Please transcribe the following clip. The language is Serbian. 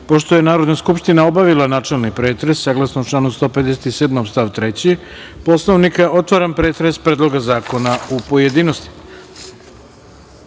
je Narodna skupština obavila načelni pretres, saglasno članu 157. stav 3. Poslovnika, otvaram pretres Predloga zakona u pojedinostima. Na